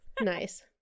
Nice